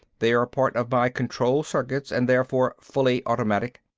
they are part of my control circuits and therefore fully automatic.